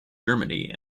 germany